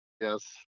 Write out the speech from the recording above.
yes